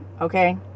okay